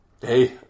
hey